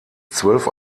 zwölf